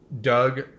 Doug